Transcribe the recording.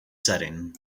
setting